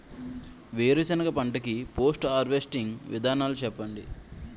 వేరుసెనగ పంట కి పోస్ట్ హార్వెస్టింగ్ విధానాలు చెప్పండీ?